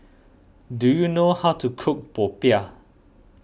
do you know how to cook Popiah